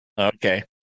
okay